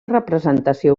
representació